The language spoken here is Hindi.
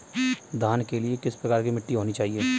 धान के लिए किस प्रकार की मिट्टी होनी चाहिए?